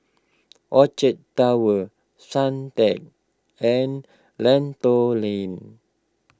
Orchard Towers Suntec and Lentor Lane